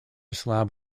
slab